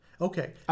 Okay